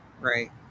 Right